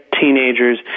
teenagers